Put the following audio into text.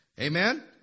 Amen